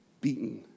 beaten